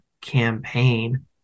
campaign